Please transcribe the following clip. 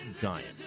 giant